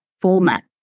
format